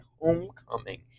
homecoming